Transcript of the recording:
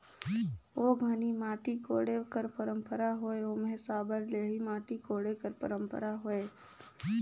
ओ घनी माटी कोड़े कर पंरपरा होए ओम्हे साबर ले ही माटी कोड़े कर परपरा होए